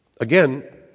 Again